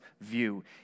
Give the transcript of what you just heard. view